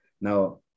Now